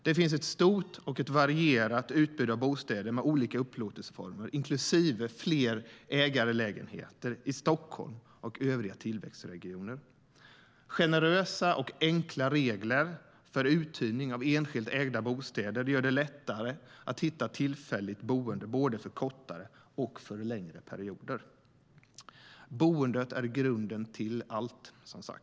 Det finns ett stort och varierat utbud av bostäder med olika upplåtelseformer - inklusive fler ägarlägenheter - i Stockholm och i övriga tillväxtregioner. Generösa och enkla regler för uthyrning av enskilt ägda bostäder gör det lättare att hitta tillfälligt boende både för kortare och för längre perioder. Boendet är grunden till allt, som sagt.